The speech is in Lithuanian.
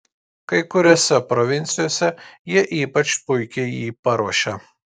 kai kuriose provincijose jie ypač puikiai jį paruošia